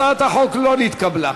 הצעת החוק לא נתקבלה.